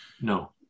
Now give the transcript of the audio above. No